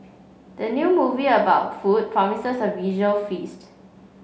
the new movie about food promises a visual feast